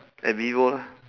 at vivo lah